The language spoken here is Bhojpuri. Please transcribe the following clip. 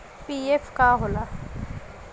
पी.एफ का होला?